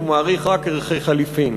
הוא מעריך רק ערכי חליפין.